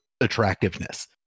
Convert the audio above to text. attractiveness